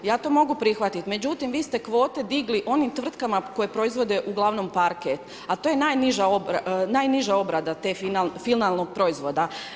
Ja to mogu prihvatiti međutim vi ste kvote digli oni tvrtkama koje proizvode uglavnom parket, a to je najniža obrada finalnog proizvoda.